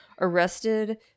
arrested